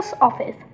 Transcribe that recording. office